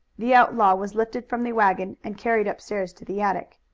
the outlaw was lifted from the wagon and carried upstairs to the attic.